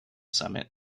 summit